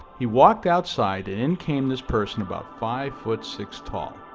he walked outside and in came this person about five foot six tall.